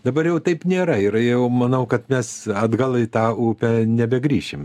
dabar jau taip nėra ir jau manau kad mes atgal į tą upę nebegrįšim